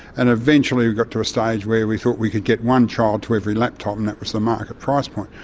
and eventually we got to a stage where we thought we could get one child to every laptop and that was the market price point.